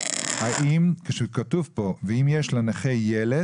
האם כשכתוב פה 'ואם יש לנכה ילד'